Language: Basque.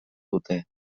dute